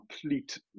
complete